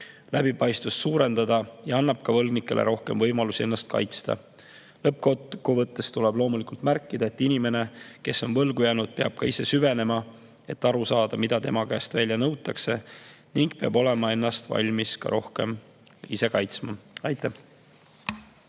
läbipaistvust suurendada, ja annab ka võlgnikele rohkem võimalusi ennast kaitsta. Lõppkokkuvõttes tuleb loomulikult märkida, et inimene, kes on võlgu jäänud, peab ka ise süvenema, et aru saada, mida tema käest välja nõutakse, ning peab ka olema valmis ennast ise rohkem kaitsma. Aitäh!